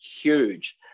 huge